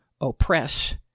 oppress